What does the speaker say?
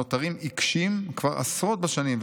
הנותרים עיקשים כבר עשרות בשנים,